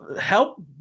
help